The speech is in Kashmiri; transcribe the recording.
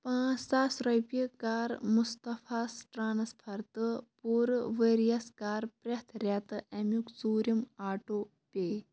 پانٛژھ ساس رۄپیہِ کَر مُصطفیٰ ہَس ٹرٛانٕسفر تہٕ پوٗرٕ ؤرۍ یَس کَر پرٛٮ۪تھ رٮ۪تہٕ امیُک ژوٗرِم آٹوٗ پے